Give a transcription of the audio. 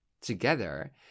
together